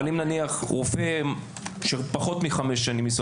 אבל אם רופא של פחות מחמש שנים ניסיון